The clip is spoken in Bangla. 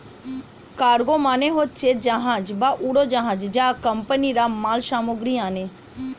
কার্গো মানে হচ্ছে জাহাজ বা উড়োজাহাজ যা কোম্পানিরা মাল সামগ্রী আনে